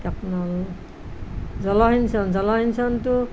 জলসিঞ্চন জনসিঞ্চনটো